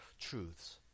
truths